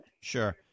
Sure